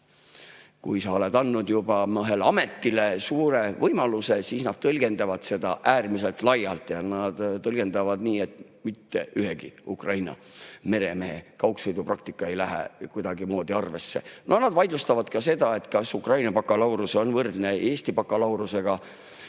juba oled andnud ühele ametile suure võimaluse, siis nad tõlgendavad seda äärmiselt laialt. Ja nad tõlgendavad nii, et mitte ühegi Ukraina meremehe kaugsõidupraktika ei lähe kuidagimoodi arvesse. No nad vaidlustavad selle, kas Ukraina bakalaureus on võrdne Eesti bakalaureusega